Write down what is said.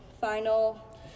final